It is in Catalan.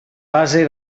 base